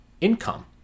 income